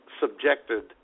subjected